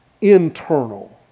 internal